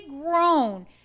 grown